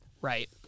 right